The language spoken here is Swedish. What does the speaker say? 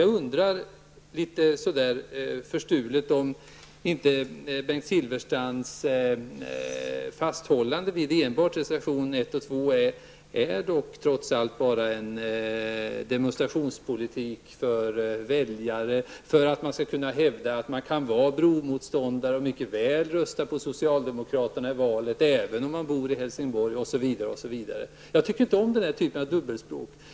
Jag undrar litet förstulet om inte Bengt Silfverstrands fasthållande vid enbart reservationerna 1 och 2 trots allt bara är en demonstrationspolitik för väljarna, för att man skall kunna hävda att man mycket väl kan vara bromotståndare och rösta på socialdemokraterna i valet även om man bor i Helsingborg, osv. Jag tycker inte om den typen av ''dubbelspråk''.